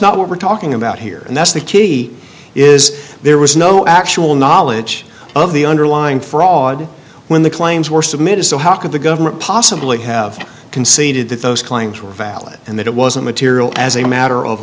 not what we're talking about here and that's the key is there was no actual knowledge of the underlying fraud when the claims were submitted so how could the government possibly have conceded that those claims were valid and that it wasn't material as a matter of